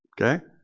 Okay